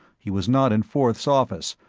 he was not in forth's office,